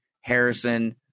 Harrison